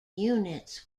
units